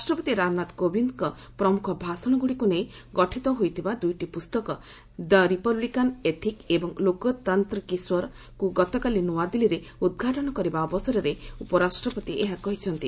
ରାଷ୍ଟ୍ରପତି ରାମନାଥ କୋବିନ୍ଦ ପ୍ରମୁଖ ଭାଷଣଗୁଡ଼ିକୁ ନେଇ ରଚିତ ହୋଇଥିବା ଦୁଇଟି ପୁସ୍ତକ ଦି ରପବ୍ଲିକାନ ଏଥିକ୍' ଏବଂ ଲୋକତନ୍ତ କି ସ୍ୱର' କୁ ଗତକାଲି ନୂଆଦିଲ୍ଲୀରେ ଉଦ୍ଘାଟନ କରିବା ଅବସରରେ ଉପରାଷ୍ଟ୍ରପତି ଏହା କହିଛନ୍ତି